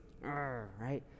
right